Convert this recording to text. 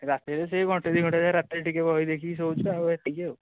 ରାତିରେ ସେଇ ଘଣ୍ଟେ ଦୁଇ ଘଣ୍ଟା ଯାଏଁ ରାତିରେ ଟିକିଏ ବହି ଦେଖିକି ଶୋଉଛି ଆଉ ଏତିକି ଆଉ